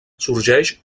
sorgeix